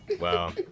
wow